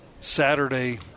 Saturday